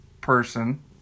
person